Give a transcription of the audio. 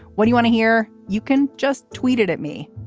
what you want to hear? you can just tweeted at me.